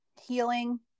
healing